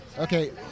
Okay